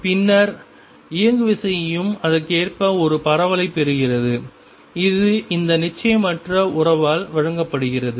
பின்னர் இயங்குவிசையும் அதற்கேற்ப ஒரு பரவலைப் பெறுகிறது இது இந்த நிச்சயமற்ற உறவால் வழங்கப்படுகிறது